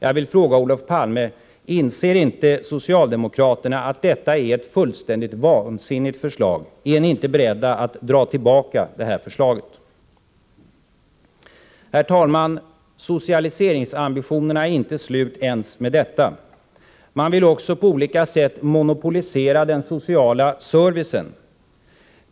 Jag vill fråga Olof Palme: Inser inte socialdemokraterna att detta är ett fullständigt vansinnigt förslag? Är ni inte beredda att dra tillbaka det här förslaget? Herr talman! Socialiseringsambitionerna är inte slut ens med detta. Man vill också på olika sätt monopolisera den sociala servicen.